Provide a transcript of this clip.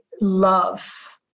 love